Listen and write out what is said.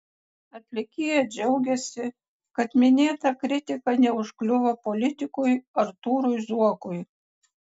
atlikėja džiaugiasi kad minėta kritika neužkliuvo politikui artūrui zuokui